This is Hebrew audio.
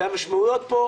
והמשמעויות פה,